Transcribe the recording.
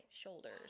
shoulders